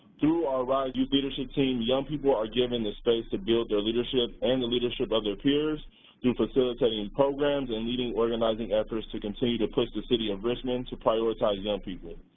through our ryse youth leadership team, young people are given the space to build their leadership and the leadership of their peers through facilitating programs and leading organizing efforts to continue to push the city of richmond to prioritize young people.